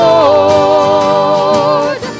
Lord